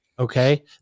okay